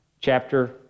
chapter